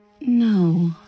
No